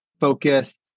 focused